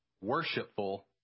worshipful